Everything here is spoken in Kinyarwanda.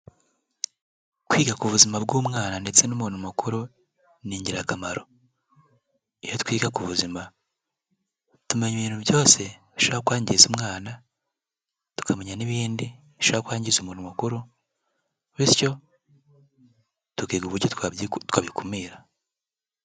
Kwiga ku buzima bw'umwana ndetse n'umuntu mukuru ni ingirakamaro, iyo twiga ku buzima tumenya ibintu byose bishobora kwangiza umwana, tukamenya n'ibindi bishobora kwangiza umuntu mukuru, bityo tukiga uburyo twabikumira.